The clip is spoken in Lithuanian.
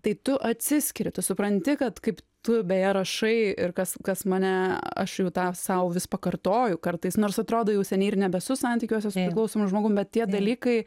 tai tu atsiskiri tu supranti kad kaip tu beje rašai ir kas kas mane aš jau tą sau vis pakartoju kartais nors atrodo jau seniai ir nebesu santykiuose su priklausomu žmogum bet tie dalykai